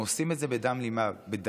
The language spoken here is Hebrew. הם עושים את זה מדם ליבם.